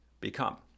become